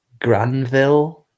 granville